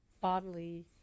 bodily